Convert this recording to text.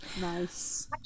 Nice